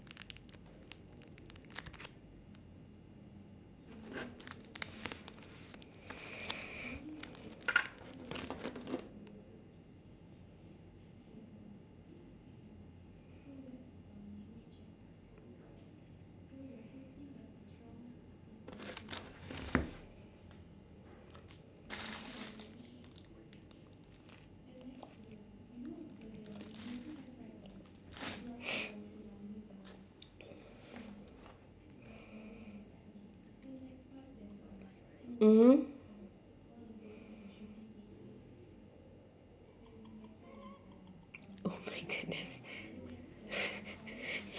mmhmm oh my goodness